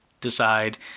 decide